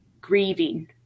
grieving